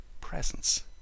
presence